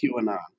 QAnon